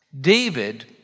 David